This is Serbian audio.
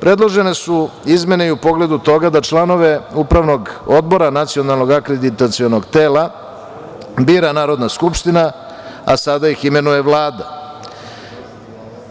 Predložene su izmene i u pogledu toga da članove Upravnog odbora Nacionalnog akreditacionog tela bira Narodna skupština, a sada ih imenuje Vlada,